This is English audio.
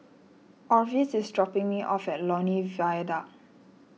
Orvis is dropping me off at Lornie Viaduct